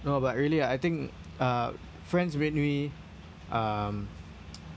no but really I think uh friends made me um